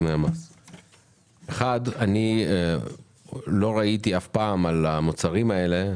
אף פעם לא ראיתי על הסיגריות האלה,